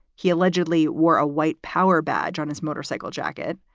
he allegedly wore a white power badge on his motorcycle jacket.